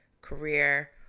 career